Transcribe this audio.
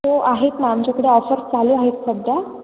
हो आहेत ना आमच्याकडे ऑफर्स चालू आहेत सध्या